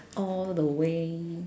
all the way